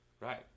Right